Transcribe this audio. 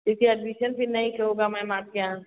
क्योंकि अडमिशन फ़िर नहीं होगा मैम आपके यहाँ